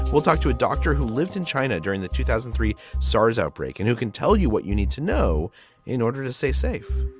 we'll talk to a doctor who lived in china during the two thousand and three saras outbreak and who can tell you what you need to know in order to stay safe.